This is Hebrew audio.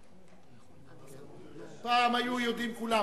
אבל גם הוא יודע שזה זמני --- פעם ידעו כולם,